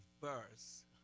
verse